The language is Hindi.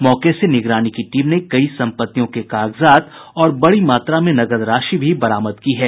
मौके से निगरानी की टीम ने कई सम्पत्तियों के कागजात और बड़ी मात्रा में नकद राशि भी बरामद की है